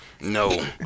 no